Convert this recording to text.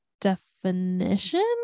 definition